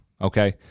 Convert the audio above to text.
okay